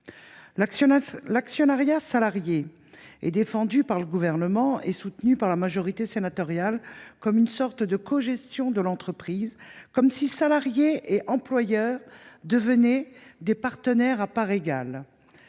L’actionnariat salarié est défendu par le Gouvernement et soutenu par la majorité sénatoriale en ce qu’il permettrait une sorte de cogestion de l’entreprise, comme si salariés et employeurs devenaient des partenaires à parts égales.